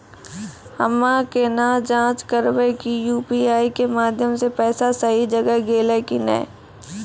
हम्मय केना जाँच करबै की यु.पी.आई के माध्यम से पैसा सही जगह गेलै की नैय?